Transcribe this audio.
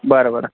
बरं बरं